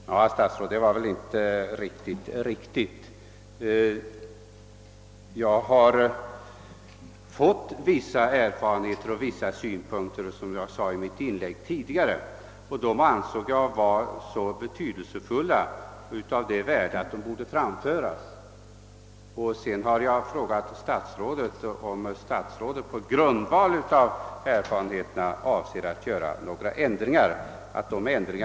Herr talman! Herr statsråd, det var väl inte riktigt rätt. Jag har fått vissa erfarenheter och vissa synpunkter — som jag sade i mitt inlägg tidigare — som jag ansåg vara så betydelsefulla att de borde framföras. Sedan har jag frågat om statsrådet på grundval av erfarenheterna avser att göra några ändringar av bestämmelserna.